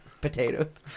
potatoes